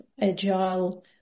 agile